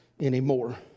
Anymore